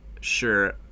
sure